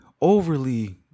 overly